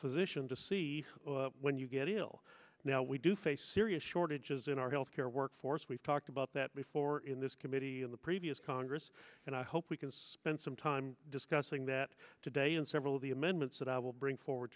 physician to see when you get ill now we do face serious shortages in our health care workforce we've talked about that before in this committee in the previous congress and i hope we can spend some time discussing that today in several of the amendments that i will bring forward